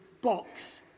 Box